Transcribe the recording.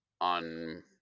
on